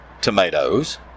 tomatoes